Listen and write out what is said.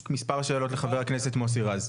מס' שאלות לחה"כ מוסי רז.